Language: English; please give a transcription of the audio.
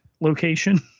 location